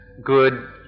Good